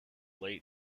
late